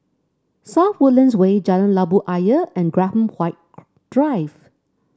South Woodlands Way Jalan Labu Ayer and Graham Drive